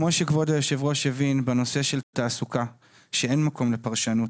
כמו שכבוד היושב ראש הבין בנושא של תעסוקה שאין מקום לפרשנות,